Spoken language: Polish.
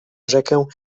rzekę